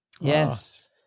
Yes